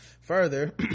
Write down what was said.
Further